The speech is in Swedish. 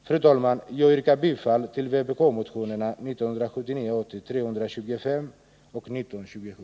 Fru talman! Jag yrkar bifall till vpk-motionerna 325 och 1927.